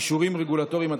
(אישורים רגולטוריים),